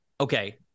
okay